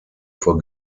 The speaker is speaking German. vor